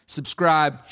Subscribe